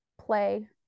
play